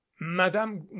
Madame